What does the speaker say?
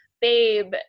babe